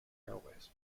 railways